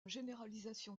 généralisation